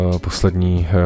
poslední